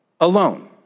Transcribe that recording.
alone